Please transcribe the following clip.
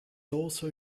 also